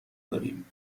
داریم